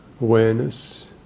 awareness